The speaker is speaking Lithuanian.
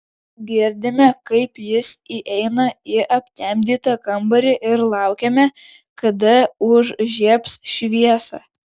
girdime kaip jis įeina į aptemdytą kambarį ir laukiame kada užžiebs šviesą